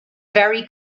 very